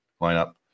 lineup